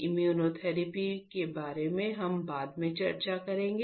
immunotherapy के बारे में हम बाद में चर्चा करेंगे